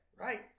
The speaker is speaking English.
Right